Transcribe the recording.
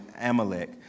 Amalek